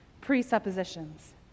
presuppositions